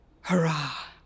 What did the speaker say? Hurrah